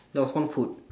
there was one food